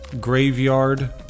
graveyard